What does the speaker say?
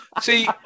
see